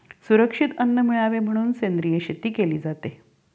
सुरक्षित अन्न मिळावे म्हणून सेंद्रिय शेती केली जाते